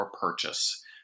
purchase